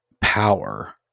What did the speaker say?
power